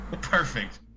Perfect